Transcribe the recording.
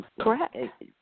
Correct